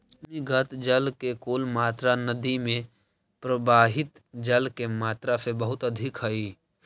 भूमिगत जल के कुल मात्रा नदि में प्रवाहित जल के मात्रा से बहुत अधिक हई